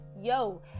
Yo